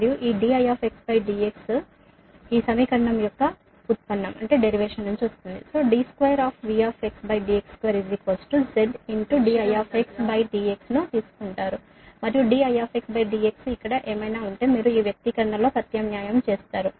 మరియు ఈ dIdx మీరు ఈ సమీకరణం యొక్క ఉత్పన్నం d2Vdx2 z dIdx ను తీసుకుంటారు మరియు dIdx ఇక్కడ ఏమైనా ఉంటే మీరు ఈ వ్యక్తీకరణలో ప్రతిక్షేపిస్తారు